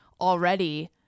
already